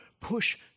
push